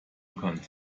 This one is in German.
unbekannt